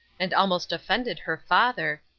and almost offended her father,